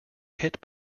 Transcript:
hit